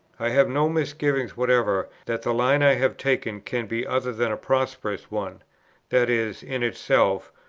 i have no misgivings whatever that the line i have taken can be other than a prosperous one that is, in itself,